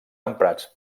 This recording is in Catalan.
emprats